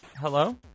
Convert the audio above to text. hello